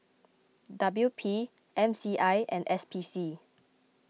W P M C I and S P C